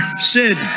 Sid